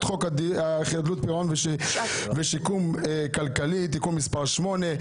חוק חדלות פירעון ושיקום כלכלי (תיקון מס' 4,